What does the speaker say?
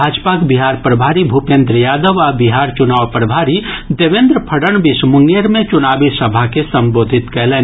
भाजपाक बिहार प्रभारी भूपेन्द्र यादव आ बिहार चुनाव प्रभारी देवेन्द्र फड़णवीस मुंगेर मे चुनावी सभा के संबोधित कयलनि